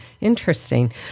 Interesting